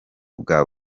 bwa